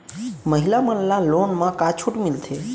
महिला मन ला लोन मा का छूट मिलथे?